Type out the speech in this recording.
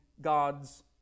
God's